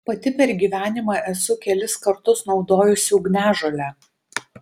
pati per gyvenimą esu kelis kartus naudojusi ugniažolę